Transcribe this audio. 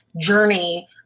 journey